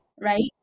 right